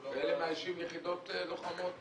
ואלה מאיישים יחידות לוחמות